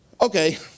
okay